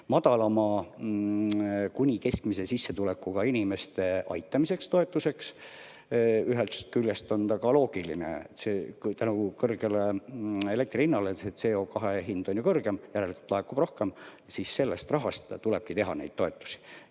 madala kuni keskmise sissetulekuga inimeste aitamiseks, toetuseks. Ühest küljest on see loogiline. Tänu kõrgele elektri hinnale on CO2hind kõrgem, järelikult laekub rohkem ja selle raha eest tulebki teha neid toetusi.